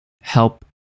help